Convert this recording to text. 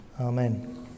Amen